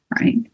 right